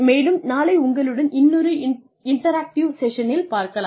மேலும் நாளை உங்களுடன் இன்னொரு இன்டராக்டிவ் செஷனில் பார்க்கலாம்